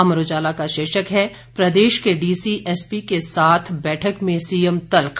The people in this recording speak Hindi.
अमर उजाला का शीर्षक है प्रदेश के डीसी एसपी के साथ बैठक में सीएम तल्ख